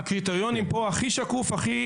הקריטריונים נמצאים פה הכי שקוף שיש.